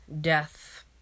death